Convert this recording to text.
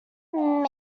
may